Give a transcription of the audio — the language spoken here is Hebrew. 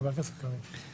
חבר הכנסת קרעי.